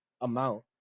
amount